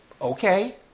okay